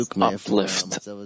uplift